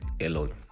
alone